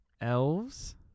elves